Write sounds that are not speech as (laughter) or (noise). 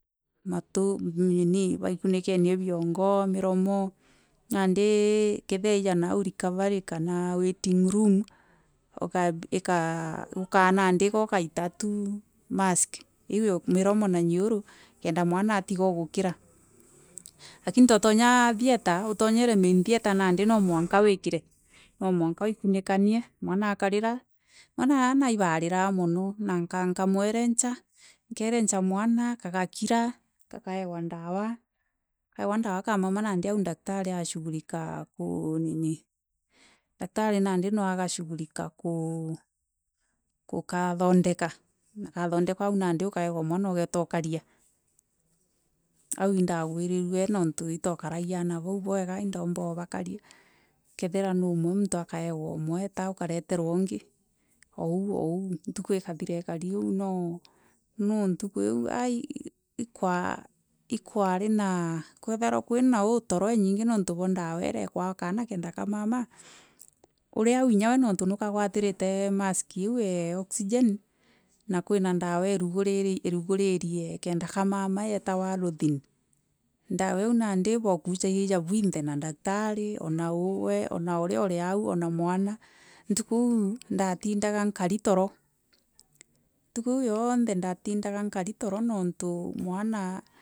Matu nini bai kunikenie biongo miromo nandi kethirwa ija nau recovery kana waiting room uka- ikaanandi kuguita tu mask iu e miromo na nyeoru kenda mwana atiga ugukira lakini twatonya theatre utonyere main theatre nandi no mwonka wikire no mwonka uikunikanie mwana akarira mwana aana ibaariraga mono ngwamwerenia nkae nkaerenca mwana kagakira yakaewa ndawa kaewa ndawa kamama nandi au daktari akashughulika kuu nini daktari nanda akashughulika kuu- kukathendeka na kathondekwa nandi ukaewa mwana ugueta umukaria. Au indaguirirue niuntu itwa karagia ana bau bwega indaumbaga ubakaria kethirwa ni umwe muntu akaewa umwe eeta akareterwa ungi ou au ou ntuku ikathira ikari ou no no (hesitation) kwathagirwa kwina toro inyingo niuntu bwa dawa iria ikuewa kaana kenda kamama uria au kinyu gwe niuntu niakagwatirite mask iu e oxygen na kwina dawa iruguririe kenda kamama yeetagwa aruthin ndawa iu nandi bwakucagia ja bwinthe ona na daktari ona ugwe ona uria uri au ona mwana ntuku iu ndatindaga nkari ntoro. Ntuku iu yoonthe ndatidaga nkari toro niutu mwana.